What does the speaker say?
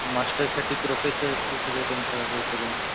मास्टरसाठी professors ते सगळे त्यांचं ते सगळं